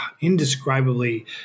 indescribably